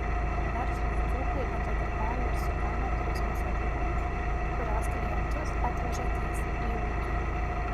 verslūs dzūkai bendradarbiauja ir su kaimo turizmo sodybomis kurios klientus atveža tiesiai į ūkį